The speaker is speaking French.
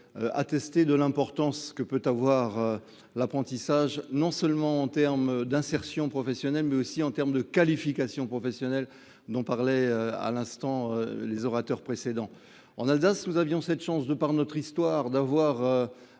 toute l’importance que peut avoir l’apprentissage, non seulement en matière d’insertion professionnelle, mais aussi en matière de qualification professionnelle, ce dont parlaient les orateurs précédents. En Alsace, nous avions cette chance, de par notre histoire, d’avoir